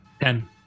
Ten